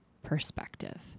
Perspective